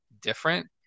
different